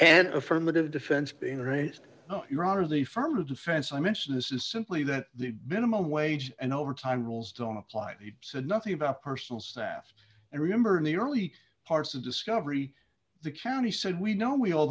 an affirmative defense being raised your honor the firm of defense i mentioned this is simply that the minimum wage and overtime rules don't apply and he said nothing about personal staff and remember in the early parts of discovery the county said we know we all